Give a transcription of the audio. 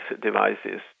devices